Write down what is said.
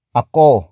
ako